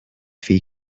fee